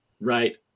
Right